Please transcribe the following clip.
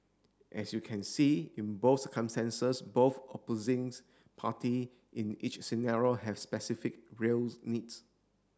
as you can see in both circumstances both opposings party in each scenario have specific reals needs